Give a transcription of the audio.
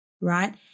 right